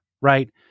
right